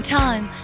time